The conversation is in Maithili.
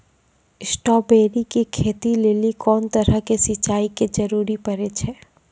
स्ट्रॉबेरी के खेती लेली कोंन तरह के सिंचाई के जरूरी पड़े छै?